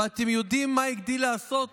ואתם יודעים מה הגדיל לעשות